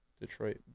Detroit